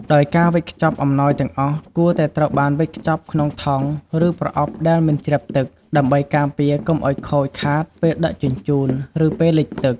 ដោយការវេចខ្ចប់អំណោយទាំងអស់គួរតែត្រូវបានវេចខ្ចប់ក្នុងថង់ ឬប្រអប់ដែលមិនជ្រាបទឹក ដើម្បីការពារកុំឱ្យខូចខាតពេលដឹកជញ្ជូន ឬពេលលិចទឹក។